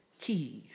keys